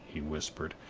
he whispered,